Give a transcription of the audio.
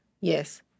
Yes